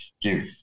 give